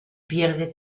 pierde